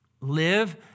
Live